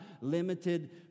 limited